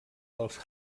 dels